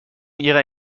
ihrer